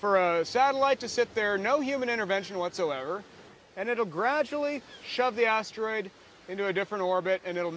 for a satellite to sit there no human intervention whatsoever and it'll gradually shove the asteroid into a different orbit and it'll